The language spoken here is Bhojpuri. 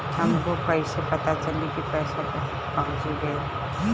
हमके कईसे पता चली कि पैसा पहुच गेल?